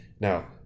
Now